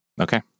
Okay